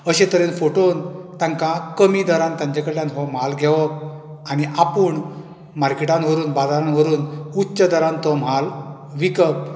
अशें तरेन फटोवन तांका कमी दरांत तांचे कडल्यान हो म्हाल घेवप आनी आपूण मार्केटांत व्हरून बाजारांत व्हरुन उच्च दरांत तो म्हाल विकप